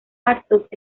actos